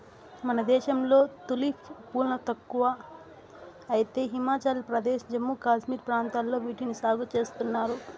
మన దేశంలో తులిప్ పూలు తక్కువ అయితే హిమాచల్ ప్రదేశ్, జమ్మూ కాశ్మీర్ ప్రాంతాలలో వీటిని సాగు చేస్తున్నారు